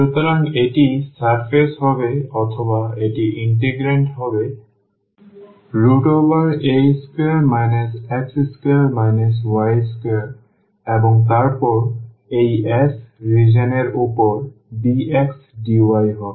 সুতরাং এটি সারফেস হবে অথবা এটি ইন্টিগ্রান্ড হবেa2 x2 y2 এবং তারপর এই S রিজিওন এর উপর dx dy হবে